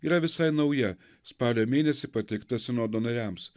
yra visai nauja spalio mėnesį pateikta sinodo nariams